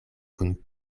kun